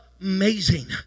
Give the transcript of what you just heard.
amazing